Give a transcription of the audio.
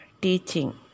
teaching